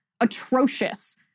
atrocious